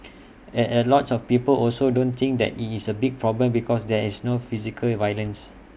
A a lot of people also don't think that IT is A big problem because there is no physical violence